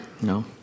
No